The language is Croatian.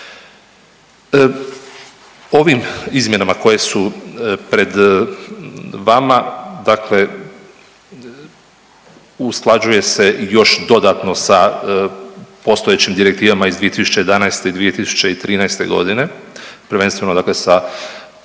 Ovim izmjenama koje su pred vama dakle, usklađuje se još dodatno sa postojećim direktivama iz 2011. i 2013. godine. Prvenstveno dakle sa